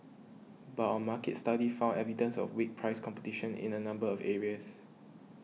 but our market study found evidence of weak price competition in a number of areas